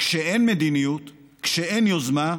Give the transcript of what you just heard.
כשאין מדיניות, כשאין יוזמה,